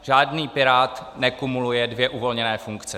Žádný pirát nekumuluje dvě uvolněné funkce.